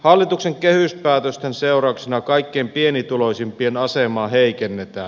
hallituksen kehyspäätösten seurauksena kaikkein pienituloisimpien asemaa heikennetään